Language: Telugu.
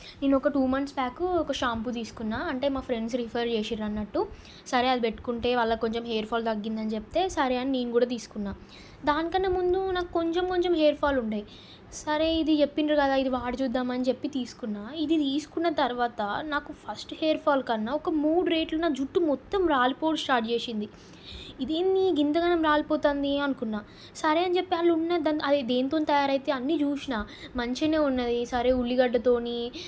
నేనొక టూ మంత్స్ బ్యాక్ ఒక షాంపూ తీసుకున్నా అంటే మా ఫ్రెండ్స్ రిఫర్ చేసారు అన్నట్టు సరే అది పెట్టుకుంటే వాళ్ళకు కొంచెం హెయిర్ ఫాల్ తగ్గిందని చెప్తే సరే అని నేను కూడా తీసుకున్న దానికన్నా ముందు నాకు కొంచెం కొంచెం హెయిర్ ఫాల్ ఉండే సరే ఇది చెప్పిండ్రు కదా ఇది వాడు చూద్దామని చెప్పి తీసుకున్నా ఇది తీసుకున్న తర్వాత నాకు ఫస్ట్ హెయిర్ ఫాల్కన్నా ఒక మూడు రేట్లు నా జుట్టు మొత్తం రాలిపోవుడు స్టార్ట్ చేసింది ఇది ఏంది ఇంత గణం రాలిపోతోంది అనుకున్న సరే అని చెప్పి వాళ్ళు ఉన్న అది దేనితోని తయారయిద్ది అన్ని చూసిన మంచిగానే ఉన్నది సరే ఉల్లిగడ్డతోని